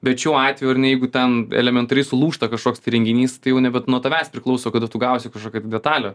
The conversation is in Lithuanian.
bet šiuo atveju ar ne jeigu ten elementariai sulūžta kažkoks tai įrenginys tai jau nebe nuo tavęs priklauso kada tu gausi kažkokią detalę